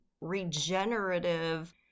regenerative